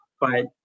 but-